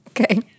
Okay